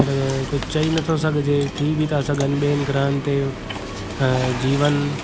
पर कुझु चई नथो सघजे थी बि था सघनि ॿियनि ग्रहनि ते जीवन